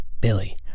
Billy